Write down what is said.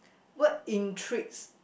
what intrigues